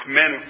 men